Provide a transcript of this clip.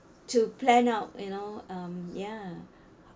to plan out you know um ya